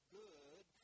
good